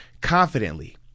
confidently